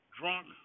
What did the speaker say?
drunk